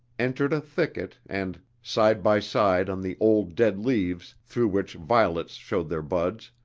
entered a thicket and, side by side on the old dead leaves through which violets showed their buds,